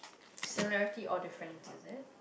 similarity or different